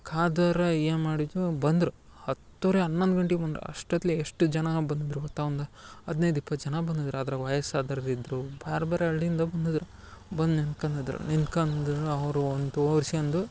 ಕಾದರ್ ಏನ್ ಮಾಡಿದ್ವ್ ಬಂದ್ರ್ ಹತ್ತುರೆ ಹನ್ನೊಂದ್ ಗಂಟಿಗ್ ಬಂದ್ರ್ ಅಷ್ಟೊತ್ಲೆ ಎಷ್ಟ್ ಜನ ಬಂದಿದ್ರು ಗೊತ್ತಾ ಒಂದ್ ಹದ್ನೈದ್ ಇಪ್ಪತ್ ಜನ ಬಂದಿದ್ರ್ ಅದ್ರಾಗ್ ವಯಸ್ಸಾದರ್ ಇದ್ರು ಭಾರ್ ಬ್ಯಾರೆ ಅಳ್ಳಿಂದ ಬಂದಿದ್ರ್ ಬಂದ್ ನಿಂತ್ಕಂದಿದ್ರ್ ನಿಂತ್ಕಂದ್ ಅವ್ರು ಅವ್ರ್ನ್ ತೋರ್ಸ್ಕ್ಯಂದು